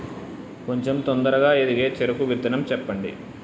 కొంచం తొందరగా ఎదిగే చెరుకు విత్తనం చెప్పండి?